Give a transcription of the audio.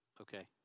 Okay